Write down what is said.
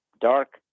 dark